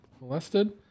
molested